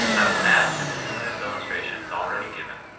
i will add to the numerous illustrations already given,